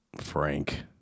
Frank